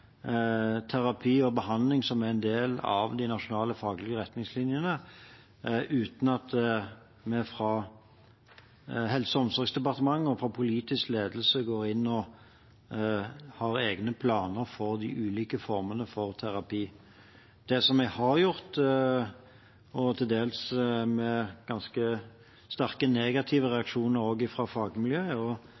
terapi og behandling som er en del av de nasjonale faglige retningslinjene, uten at vi i Helse- og omsorgsdepartementet og politisk ledelse går inn og har egne planer for de ulike formene for terapi. Det vi har gjort, som skapte til dels sterke negative reaksjoner fra fagmiljøet,